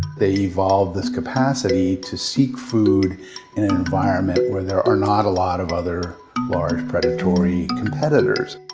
they evolved this capacity to seek food in an environment where there are not a lot of other large, predatory competitors.